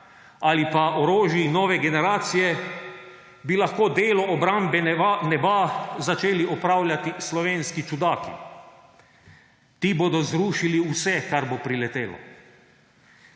ali pa orožij nove generacije, bi lahko delo obrambe neba začeli upravljati slovenski čudaki. Ti bodo zrušili vse, kar bo priletelo.